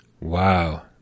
Wow